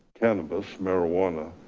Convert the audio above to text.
cannabis, marijuana,